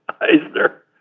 Eisner